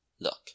look